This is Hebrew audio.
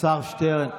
השר שטרן,